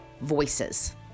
voices